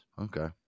Okay